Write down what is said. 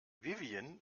vivien